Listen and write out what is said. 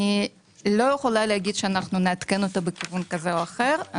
אני לא יכולה להגיד שאנחנו נעדכן אותה בכיוון כזה או אחר.